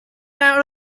out